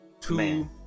Two